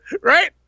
Right